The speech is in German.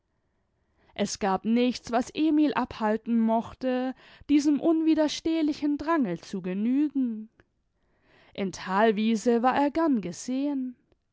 es gab nichts was emil abhalten mochte diesem unwiderstehlichen drange zu genügen in thalwiese war er gern gesehen